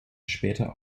später